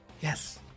Yes